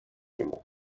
нему